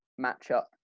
matchup